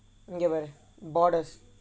இங்கே பாரு:ingae paaru borders